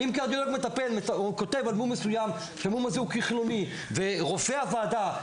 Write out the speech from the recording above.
אם קרדיולוג מטפל כותב שמום מסוים הוא כחלוני ורופא אף,